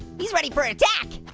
he's ready for attack.